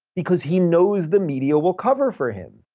because he knows the media will cover for him,